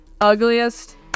Ugliest